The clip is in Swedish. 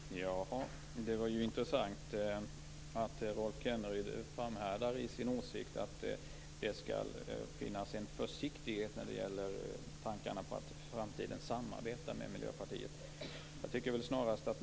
Herr talman! Det var ju intressant att Rolf Kenneryd framhärdar i sin åsikt att det skall finnas en försiktighet när det gäller tankarna på att i framtiden samarbeta med Miljöpartiet.